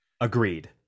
agreed